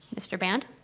mr. band?